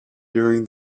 during